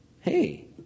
hey